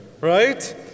right